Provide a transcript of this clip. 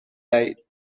دهید